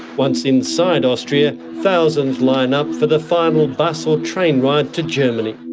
once inside austria, thousands line up for the final bus or train ride to germany.